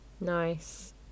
Nice